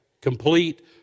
complete